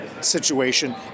situation